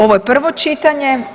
Ovo je prvo čitanje.